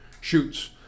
shoots